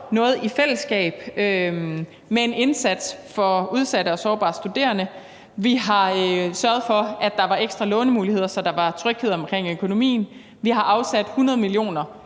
noget i fællesskab med en indsats for udsatte og sårbare studerende. Vi har sørget for, at der var ekstra lånemuligheder, så der var tryghed omkring økonomien. Vi har afsat 100 mio.